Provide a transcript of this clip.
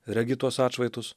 regi tuos atšvaitus